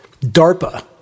DARPA